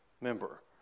member